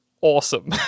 awesome